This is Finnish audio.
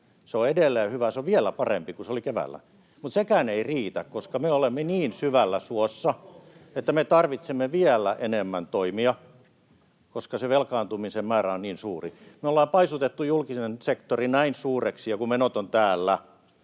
Se on edelleen hyvä. Se on vielä parempi kuin se oli keväällä. Mutta sekään ei riitä, koska me olemme niin syvällä suossa, että me tarvitsemme vielä enemmän toimia, koska se velkaantumisen määrä on niin suuri. Me ollaan paisutettu julkinen sektori näin suureksi, ja kun menot ovat täällä,